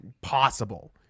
possible